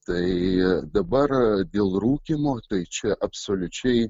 tai dabar dėl rūkymo tai čia absoliučiai